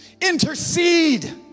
intercede